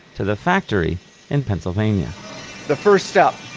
to the factory in pennsylvania the first step,